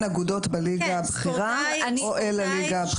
אגודות בליגה הבכירה או אל הליגה הבכירה.